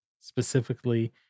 specifically